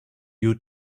you